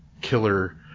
killer